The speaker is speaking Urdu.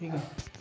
ٹھیک ہے